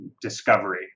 discovery